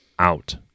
out